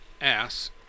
ass